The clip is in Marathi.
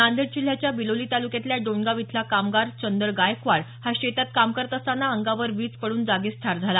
नांदेड जिल्ह्याच्या बिलोली तालुक्यातल्या डोणगांव इथला कामगार चंदर गायकवाड हा शेतात काम करत असतांना अंगावर वीज पडून जागीच ठार झाला